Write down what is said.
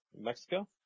Mexico